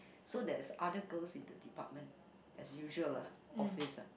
so there's other girls in the department as usual lah office ah